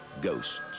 Ghosts